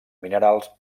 minerals